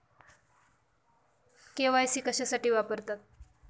KYC कशासाठी वापरतात?